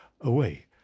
away